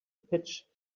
pitch